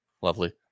Lovely